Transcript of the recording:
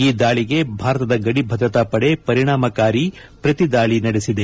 ಈ ದಾಳಿಗೆ ಭಾರತ ಗಡಿ ಭದ್ರತಾ ಪಡೆ ಪರಿಣಾಮಕಾರಿ ಪತಿದಾಳಿ ನಡೆಸಿದೆ